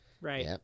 Right